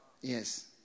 Yes